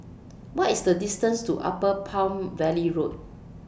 What IS The distance to Upper Palm Valley Road